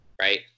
Right